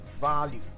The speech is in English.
value